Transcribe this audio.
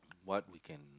what we can